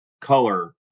Color